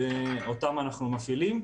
ואותן אנחנו מפעילים.